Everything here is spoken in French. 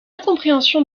incompréhension